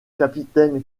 capitaine